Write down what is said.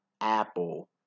Apple